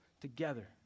together